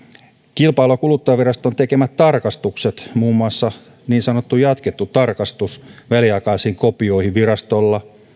kilpailu ja kuluttajaviraston tekemät tarkastukset muun muassa niin sanottu jatkettu tarkastus väliaikaisiin kopioihin virastolla